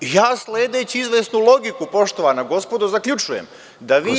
Ja, sledeći izvesnu logiku, poštovana gospodo, zaključujem da vi…